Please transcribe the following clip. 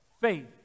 faith